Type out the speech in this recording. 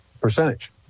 percentage